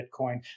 Bitcoin